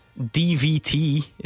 DVT